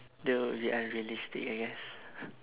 that would be unrealistic I guess